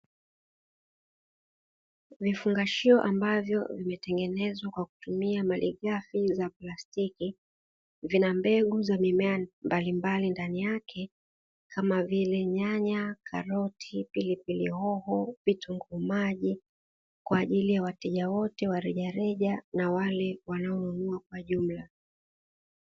Vifungashio ambavyo vimetengenezwa kwa kutumia malighafi za plastiki vina mbegu za mimea mbalimbali ndani yake kama vile nyanya, karoti, pilipili hoho, vitunguu maji kwa ajili ya wateja wote wa rejareja na wale wote wanaonunua kwa jumla.